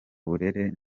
burere